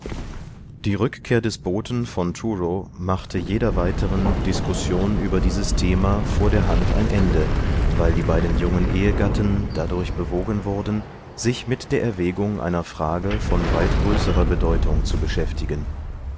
die rückkehr des boten von truro machte jeder weitern diskussion über dieses thema vor der hand ein ende weil die beiden jungen ehegatten dadurch bewogen wurden sich mit der erwägung einer frage von weit größerer bedeutung zu beschäftigen